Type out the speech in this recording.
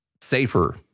safer